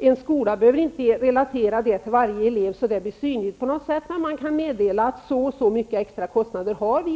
En skola behöver inte relatera det till varje elev, så att det blir synligt, men man kan meddela att det blir si och så mycket extra kostnader.